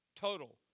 total